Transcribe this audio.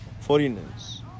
foreigners